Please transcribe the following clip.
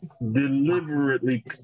deliberately